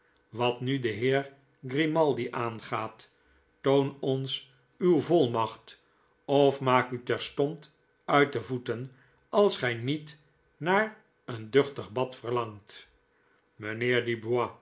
wat nu den heer grimaldi aangaat toon ons uwe volmacht of maak u terstond uit de voeten als gij niet naar een duchtig bad verlangt